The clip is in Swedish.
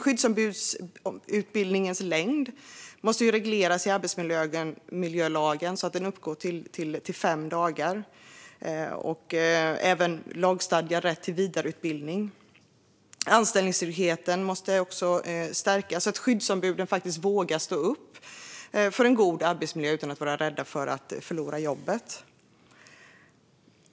Skyddsombudsutbildningens längd måste regleras i arbetsmiljölagen och uppgå till minst fem dagar. De måste också få lagstadgad rätt till vidareutbildning. Anställningstryggheten måste stärkas så att skyddsombuden vågar stå upp för en god arbetsmiljö utan att behöva vara rädda att förlora jobbet.